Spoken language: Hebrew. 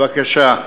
בבקשה.